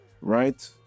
right